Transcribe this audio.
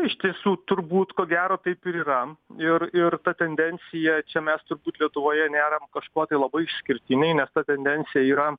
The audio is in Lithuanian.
iš tiesų turbūt ko gero taip ir yra ir ir ta tendencija čia mes turbūt lietuvoje nėra kažkuo tai labai išskirtiniai nes ta tendencija yra